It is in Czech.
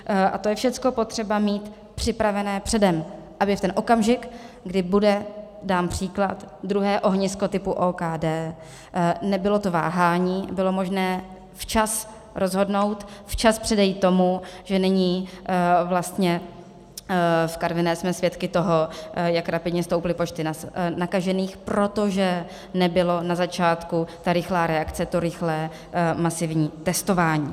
A to je všecko potřeba mít připravené předem, aby v ten okamžik, kdy bude dám příklad druhé ohnisko typu OKD, nebylo to váhání a bylo možné včas rozhodnout, včas předejít tomu, že není vlastně... v Karviné jsme svědky toho, jak rapidně stouply počty nakažených, protože nebyla na začátku ta rychlá reakce, to rychlé masivní testování.